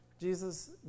Jesus